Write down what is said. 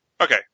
Okay